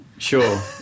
sure